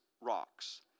rocks